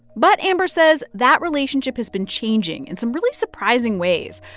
but, amber says, that relationship has been changing in some really surprising ways.